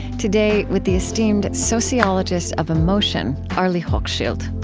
today, with the esteemed sociologist of emotion, arlie hochschild